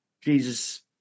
jesus